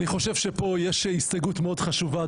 אני חושב שפה יש הסתייגות מאוד חשובה,